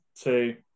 two